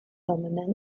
permanent